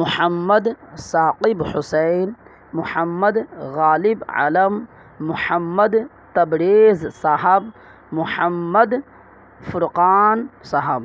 Muhammad Saqib Hussain Mohammad Ghalib Alam Mohammad Tabrez sahab Mohammad Furqan Sahib